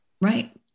Right